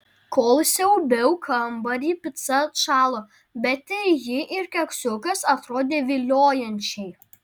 kol siaubiau kambarį pica atšalo bet ir ji ir keksiukas atrodė viliojančiai